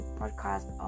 podcast